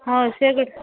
ହଁ ସେ ଗୋଟେ